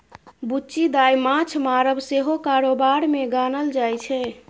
बुच्ची दाय माँछ मारब सेहो कारोबार मे गानल जाइ छै